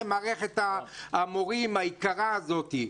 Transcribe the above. ולמערכת המורים היקרה הזאת,